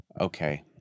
okay